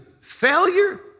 failure